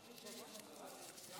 את השם שלי כבר קראתם?